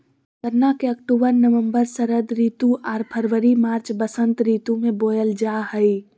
गन्ना के अक्टूबर नवम्बर षरद ऋतु आर फरवरी मार्च बसंत ऋतु में बोयल जा हइ